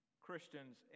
Christians